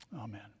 Amen